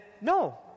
no